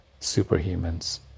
superhumans